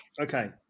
okay